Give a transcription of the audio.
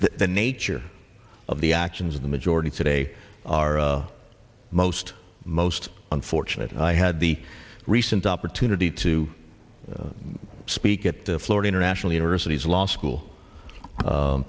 the nature of the actions of the majority today are most most unfortunate i had the recent opportunity to speak at the florida international university law school